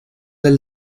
del